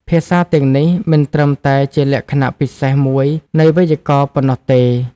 ភាសាទាំងនេះមិនត្រឹមតែជាលក្ខណៈពិសេសមួយនៃវេយ្យាករណ៍ប៉ុណ្ណោះទេ។